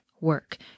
work